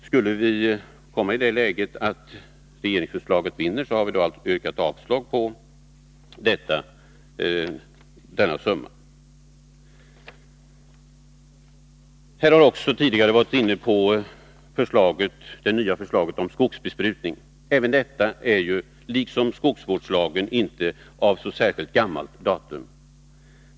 Skulle vi komma i det läget att regeringsförslaget vinner, faller avslaget på denna summa. Tidigare talare har varit inne på förslaget till ny lag om skogsbesprutning. Inte heller den lagstiftningen är — vilket också gäller för skogsvårdslagen — av särskilt gammalt datum.